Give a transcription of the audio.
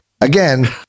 Again